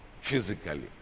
physically